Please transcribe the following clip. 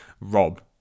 Rob